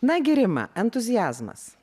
nagi rima entuziazmas